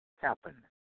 happen